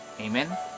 Amen